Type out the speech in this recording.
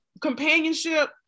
companionship